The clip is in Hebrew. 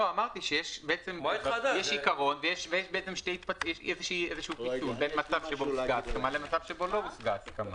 אמרתי שיש עיקרון ויש פיצול, בין מצב שהושגה הסכמה